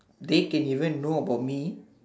they can even know about me